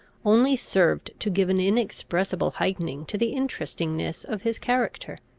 only served to give an inexpressible heightening to the interestingness of his character.